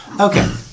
okay